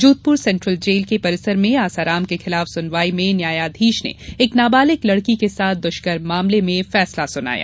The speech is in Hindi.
जोघपुर सेंट्रल जेल के परिसर में आसाराम के खिलाफ सुनवाई में न्यायाधीश ने एक नाबालिक लड़की के साथ दुष्कर्म मामले में फैसला सुनाया